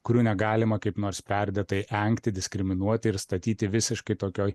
kurių negalima kaip nors perdėtai engti diskriminuoti ir statyti visiškai tokioj